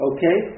Okay